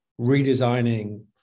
redesigning